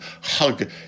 hug